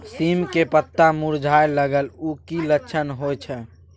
सीम के पत्ता मुरझाय लगल उ कि लक्षण होय छै?